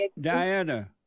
Diana